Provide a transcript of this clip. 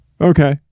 Okay